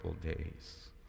days